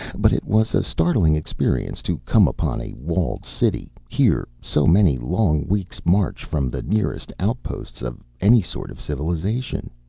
but it was a startling experience to come upon a walled city here so many long weeks' march from the nearest outposts of any sort of civilization.